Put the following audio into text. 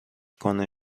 کنی